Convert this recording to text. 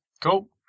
Cool